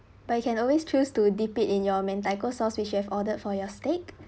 but you can always choose to dip it in your mentaiko sauce which you have ordered for your steak